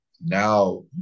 now